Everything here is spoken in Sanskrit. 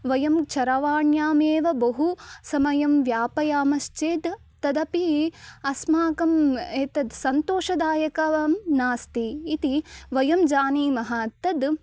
वयं चरवाण्यामेव बहु समयं व्यापयामश्चेत् तदपि अस्माकम् एतद् सन्तोषदायकं नास्ति इति वयं जानीमः तद्